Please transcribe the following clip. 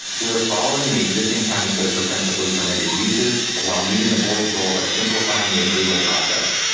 we are following the existing county code for principally permitted uses while meeting the board's goal of simplifying the approval process.